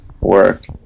work